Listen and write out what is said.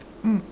mm